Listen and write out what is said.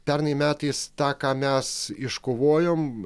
pernai metais tą ką mes iškovojom